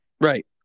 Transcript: Right